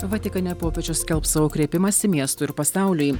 vatikane popiežius skelbs savo kreipimąsi miestui ir pasauliui